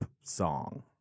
song